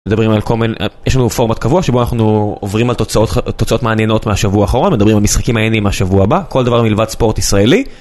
מדברים על כל מיני, יש לנו פורמט קבוע שבו אנחנו עוברים על תוצאות מעניינות מהשבוע האחרון, מדברים על משחקים מעניינים מהשבוע הבא, כל דבר מלבד ספורט ישראלי.